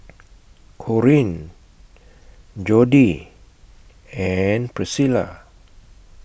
Corene Jodie and Priscila